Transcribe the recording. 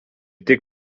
tik